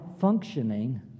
functioning